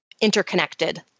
interconnected